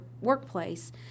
workplace